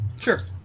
Sure